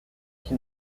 qui